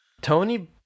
Tony